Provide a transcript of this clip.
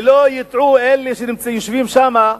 שלא יטעו אלה שיושבים שם,